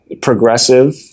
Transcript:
progressive